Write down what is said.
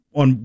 on